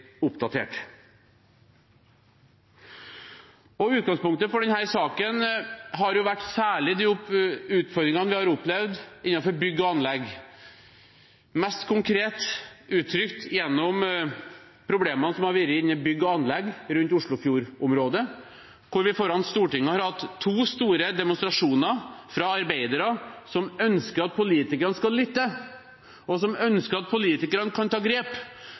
oppdatert. Utgangspunktet for denne saken har vært særlig de utfordringene vi har opplevd innenfor bygg og anlegg, mest konkret uttrykt gjennom problemene som har vært innen bygg og anlegg i Oslofjord-området, der vi foran Stortinget hadde to store demonstrasjoner – av arbeidere som ønsker at politikerne skal lytte, og som ønsker at politikerne kan ta grep,